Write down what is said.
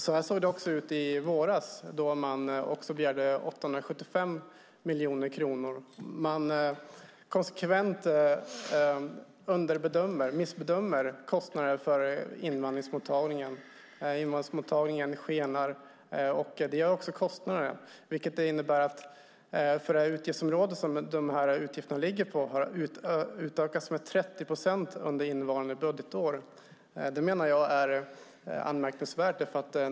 Så här såg det ut också i våras. Då begärde man 875 miljoner kronor. Konsekvent missbedöms kostnaderna för invandringsmottagningen. Invandringsmottagningen skenar. Det gör också kostnaderna. Det innebär att det för det utgiftsområde där de här utgifterna finns har skett en ökning med 30 procent under innevarande budgetår. Det menar jag är anmärkningsvärt.